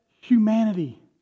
humanity